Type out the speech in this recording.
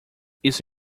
isso